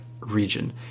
region